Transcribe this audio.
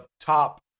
top